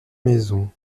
maisons